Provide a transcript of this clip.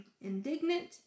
indignant